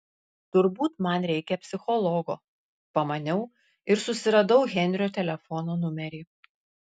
turbūt man reikia psichologo pamaniau ir susiradau henrio telefono numerį